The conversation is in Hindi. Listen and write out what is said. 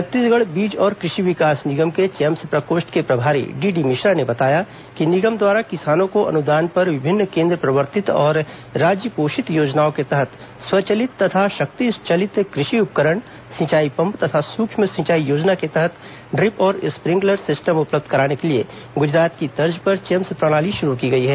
छत्तीसगढ़ बीज और कृषि विकास निगम के चैम्प्स प्रकोष्ठ के प्रभारी डीडी मिश्रा ने बताया कि निगम द्वारा किसानों को अनुदान पर विभिन्न केंद्र प्रवर्तित और राज्य पोषित योजनाओं के तहत स्वचलित तथा शक्तिचलित कृषि उपकरण सिंचाई पम्प तथा सूक्ष्म सिंचाई योजना के तहत ड्रिप और स्प्रिकलर सिस्टम उपलब्ध कराने के लिए गुजरात की तर्ज पर चैम्प्स प्रणाली शुरू की गई है